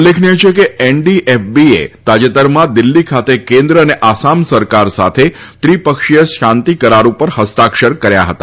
ઉલ્લેખનીય છે કે એનડીએફબીએ તાજેતરમાં દિલ્હી ખાતે કેન્દ્ર અને આસામ સરકાર સાથે ત્રી પક્ષીય શાંતી કરાર ઉપર હસ્તાક્ષર કર્યા હતા